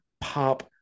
pop